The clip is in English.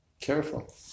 careful